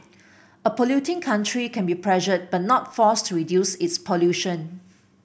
a polluting country can be pressured but not forced to reduce its pollution